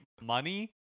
money